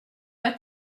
pas